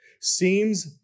seems